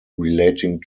relating